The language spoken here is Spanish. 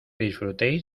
disfrutéis